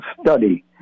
study